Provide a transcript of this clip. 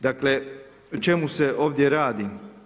Dakle, o čemu se ovdje radi.